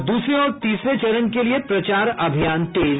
और दूसरे और तीसरे चरण के लिये प्रचार अभियान तेज